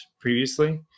previously